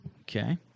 Okay